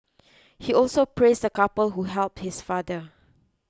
he also praised the couple who helped his father